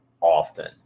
often